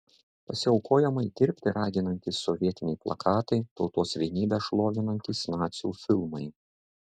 pasiaukojamai dirbti raginantys sovietiniai plakatai tautos vienybę šlovinantys nacių filmai